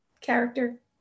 Character